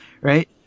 right